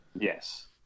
yes